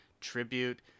Tribute